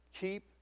Keep